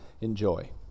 Enjoy